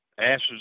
ashes